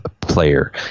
player